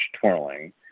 twirling